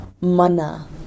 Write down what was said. mana